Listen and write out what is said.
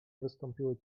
wystąpiły